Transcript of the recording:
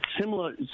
similar